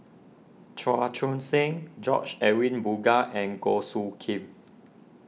Chua Joon Siang George Edwin Bogaars and Goh Soo Khim